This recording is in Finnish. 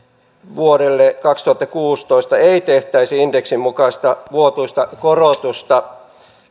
vuodelle kaksituhattakuusitoista ei tehtäisi indeksin mukaista vuotuista korotusta